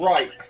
Right